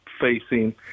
facing